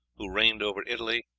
who reigned over italy,